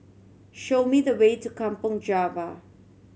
show me the way to Kampong Java